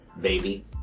baby